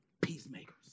peacemakers